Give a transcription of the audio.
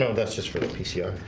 that's just for the p ah